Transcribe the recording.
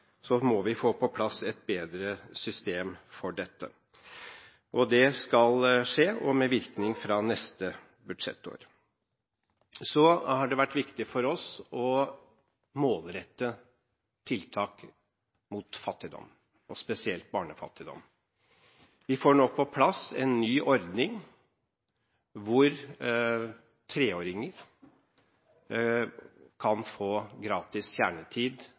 Så har det vært viktig for oss å målrette tiltak mot fattigdom og spesielt barnefattigdom. Vi får nå på plass en ny ordning hvor treåringer kan få gratis kjernetid